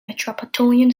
metropolitan